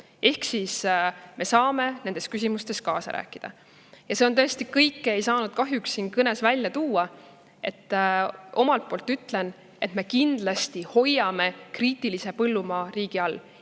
ehk me saame nendes kaasa rääkida. Tõesti, kõike ei saanud kahjuks siin kõnes välja tuua. Omalt poolt ütlen, et me kindlasti hoiame kriitilise põllumaa riigi all,